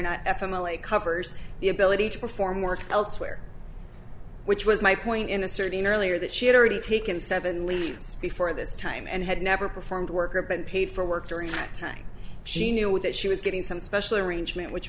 family covers the ability to perform work elsewhere which was my point in asserting earlier that she had already taken seven leads before this time and had never performed work or been paid for work during that time she knew that she was getting some special arrangement which